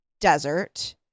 desert